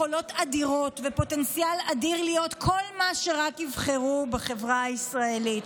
יכולות אדירות ופוטנציאל אדיר להיות כל מה שרק יבחרו בחברה הישראלית.